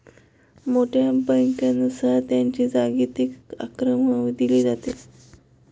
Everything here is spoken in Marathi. मोठ्या बँकांनुसार त्यांची जागतिक क्रमवारी दिली जाते